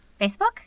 Facebook